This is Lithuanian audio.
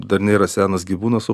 dar nėra senas gyvūnas o